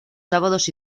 sábados